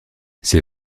ces